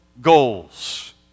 goals